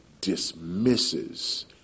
dismisses